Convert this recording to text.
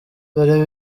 dore